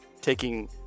taking